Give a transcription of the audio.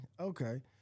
okay